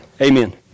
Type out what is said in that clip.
amen